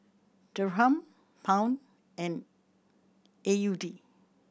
Dirham Pound and A U D